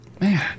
Man